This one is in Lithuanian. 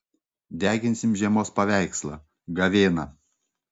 deginsim žiemos paveikslą gavėną